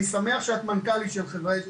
אני שמח שאת מנכ"לית של חברה,